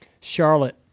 Charlotte